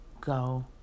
Go